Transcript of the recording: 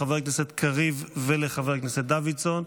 לחבר הכנסת קריב ולחבר הכנסת דוידסון.